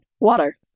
Water